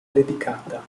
dedicata